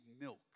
milk